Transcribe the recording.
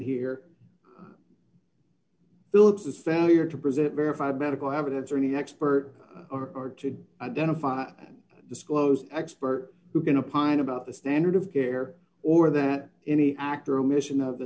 here phillips is failure to present verified medical evidence or any expert or to identify disclose expert who can a pine about the standard of care or that any act or a mission of the